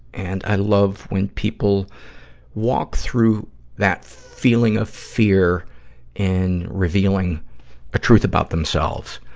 and i love when people walk through that feeling of fear and revealing a truth about themselves.